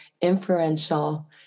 inferential